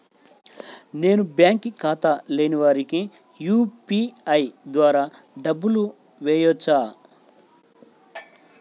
నేను బ్యాంక్ ఖాతా లేని వారికి యూ.పీ.ఐ ద్వారా డబ్బులు వేయచ్చా?